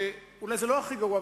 אולי זה לא הכי גרוע,